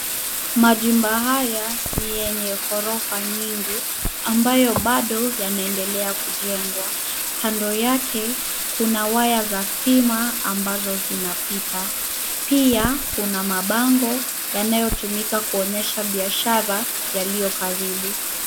Majumba haya ni yenye ghorofa nyingi ambayo bado yanaendelea kujengwa. Kando yake kuna waya za stima ambazo zinapita. Pia kuna mabango yanayotumika kuonyesha biashara yaliyo karibu.